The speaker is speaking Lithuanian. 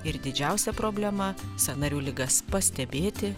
ir didžiausia problema sąnarių ligas pastebėti